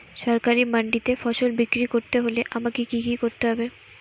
সরকারি মান্ডিতে ফসল বিক্রি করতে হলে আমাকে কি কি করতে হবে?